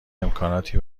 امکاناتی